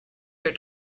her